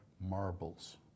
marbles